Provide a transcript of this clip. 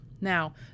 Now